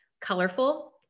colorful